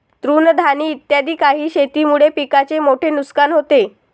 तृणधानी इत्यादी काही शेतीमुळे पिकाचे मोठे नुकसान होते